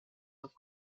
auf